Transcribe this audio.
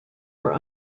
were